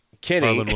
Kenny